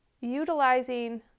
Utilizing